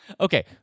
Okay